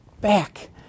back